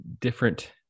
different